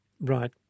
Right